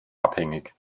abhängig